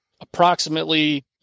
approximately